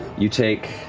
you take